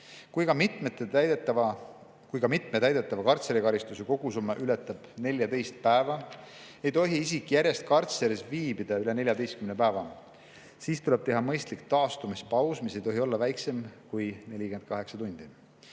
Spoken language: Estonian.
Kui ka mitme täidetava kartserikaristuse kogusumma ületab 14 päeva, ei tohi isik järjest kartseris viibida üle 14 päeva. Siis tuleb teha mõistlik taastumispaus, mis ei tohi olla väiksem kui 48 tundi,